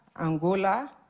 Angola